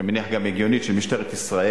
שאני מניח שהיא גם הגיונית, של משטרת ישראל,